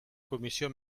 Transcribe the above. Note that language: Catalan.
comissió